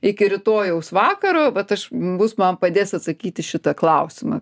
iki rytojaus vakaro vat aš bus man padės atsakyt į šitą klausimą